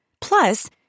Plus